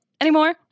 anymore